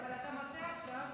אני מצטערת אבל אתה מטעה עכשיו.